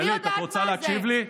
גלית, גלית, את רוצה להקשיב לי?